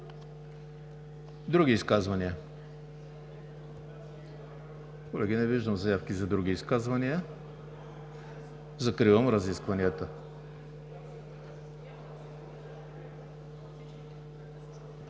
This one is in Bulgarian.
Други изказвания? Не виждам заявки за други изказвания. Закривам разискванията.